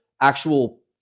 actual